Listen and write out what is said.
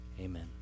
Amen